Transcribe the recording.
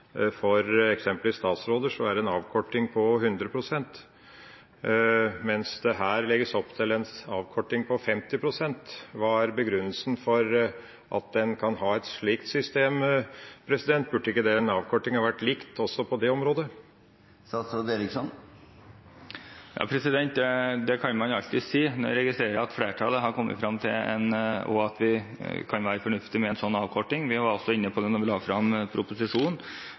For eksempelvis statsråder er det en avkorting på 100 pst., mens det her legges opp til en avkorting på 50 pst. Hva er begrunnelsen for at en kan ha et slikt system – burde ikke den avkortinga være lik også på det området? Det kan man alltids si, men jeg registrerer at flertallet har kommet frem til at det kan være fornuftig med en slik avkorting. Vi var også inne på det da vi la frem proposisjonen.